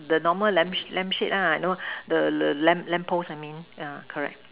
the normal lamp lamp sheet ah you know the the lamp post I mean yeah correct